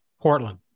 Portland